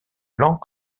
plans